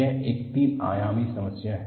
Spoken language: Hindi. यह एक तीन आयामी समस्या है